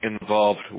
involved